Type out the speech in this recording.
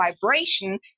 vibration